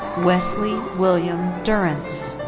wesley william durrence.